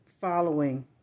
following